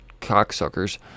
cocksuckers